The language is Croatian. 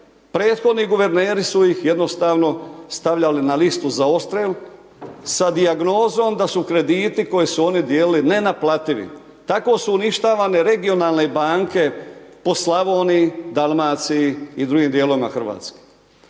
Prethodni guverneri su ih jednostavno stavljali na listu za odstrel sa dijagnozom da su krediti koje su oni dijelili nenaplativi. Tako su uništavane regionalne banke po Slavoniji, Dalmaciji i drugim dijelovima Hrvatske.